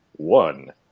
one